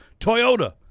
Toyota